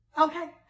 Okay